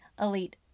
elite